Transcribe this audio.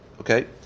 okay